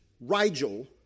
Rigel